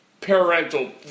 parental